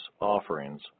offerings